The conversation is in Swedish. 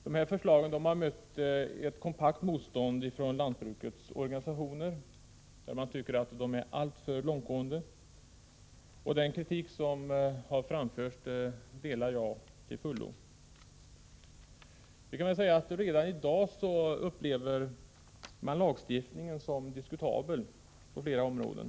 De här förslagen har mött ett kompakt motstånd från lantbrukets organisationer, där man anser att de är alltför långtgående. Den kritik som har framförts delar jag till fullo. Redan i dag upplever man lagstiftningen som diskutabel på flera områden.